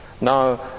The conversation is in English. Now